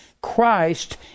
Christ